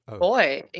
Boy